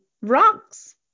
rocks